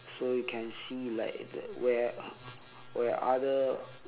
so you can see like where where other